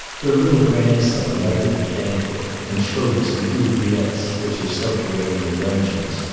her little grandson lighted a candle and showed us the oubliettes, which are subterranean dungeons,